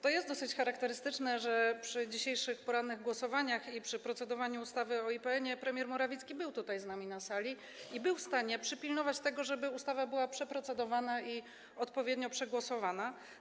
To jest dosyć charakterystyczne, że przy dzisiejszych porannych głosowaniach i przy procedowaniu ustawy o IPN-e premier Morawiecki był z nami tutaj, na sali, i był w stanie przypilnować tego, żeby ustawa była przeprocedowana i odpowiednio przegłosowana.